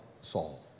Saul